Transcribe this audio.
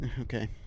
okay